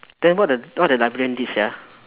then what the what the librarian did sia